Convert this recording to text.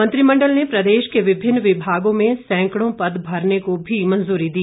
मंत्रिमंडल ने प्रदेश के विभिन्न विभागों में सैंकड़ों पद भरने को भी मंजूरी दी